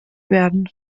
werden